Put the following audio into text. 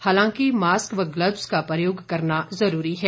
हालांकि मास्क व ग्लबस का प्रयोग करना जरूरी है